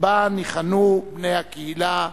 שבה ניחנו בני הקהילה,